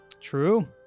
True